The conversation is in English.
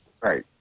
Right